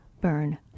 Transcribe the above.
burn